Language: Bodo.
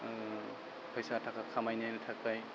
फैसा थाखा खामायनो थाखाय